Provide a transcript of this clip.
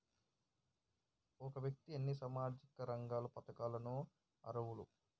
ఒక వ్యక్తి ఎన్ని సామాజిక రంగ పథకాలకు అర్హులు?